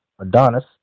Adonis